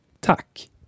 Tack